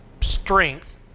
strength